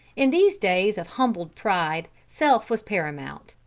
in these days of humbled pride self was paramount,